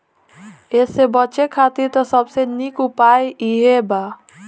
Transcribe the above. एसे बचे खातिर त सबसे निक उपाय इहे बा